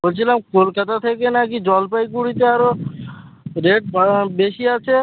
বলছিলাম কলকাতা থেকে নাকি জলপাইগুড়িতে আরও রেট বাড়া বেশি আছে